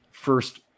first